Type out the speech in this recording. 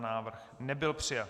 Návrh nebyl přijat.